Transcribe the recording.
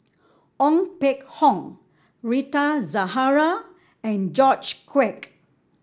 Ong Peng Hock Rita Zahara and George Quek